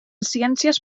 ciències